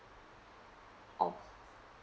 oh